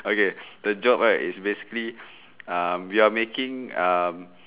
okay the job right is basically um we are making um